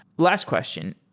last question,